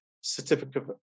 certificate